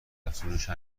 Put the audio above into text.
افزونش